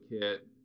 kit